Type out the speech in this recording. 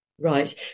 Right